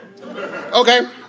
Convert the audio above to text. Okay